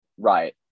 right